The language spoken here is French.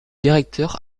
directeur